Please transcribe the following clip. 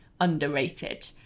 underrated